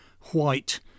white